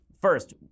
first